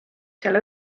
seal